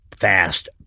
fast